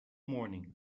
morning